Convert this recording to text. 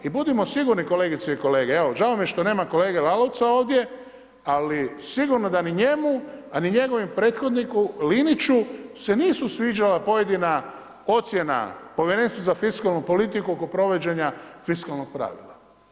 I budimo sigurni kolegice i kolege, evo žao mi je što nema kolege Lalovca ovdje, ali sigurno da ni njemu a ni njegovom prethodniku Liniću se nisu sviđala pojedina, ocjena Povjerenstva za fiskalnu politiku oko provođenja fiskalnog pravila.